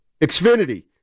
Xfinity